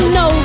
no